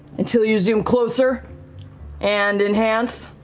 until you zoom closer and enhance.